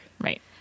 Right